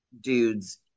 dudes